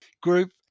group